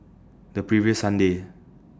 The previous Sunday